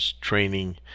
training